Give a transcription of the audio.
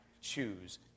choose